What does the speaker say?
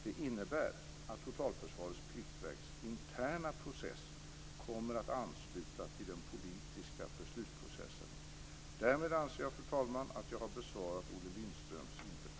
Det innebär att Totalförsvarets pliktverks interna process kommer att ansluta till den politiska beslutsprocessen. Därmed anser jag, fru talman, att jag har besvarat